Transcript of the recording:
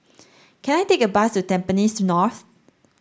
can I take a bus to Tampines North